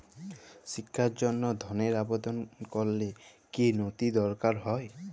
শিক্ষার জন্য ধনের আবেদন করলে কী নথি দরকার হয়?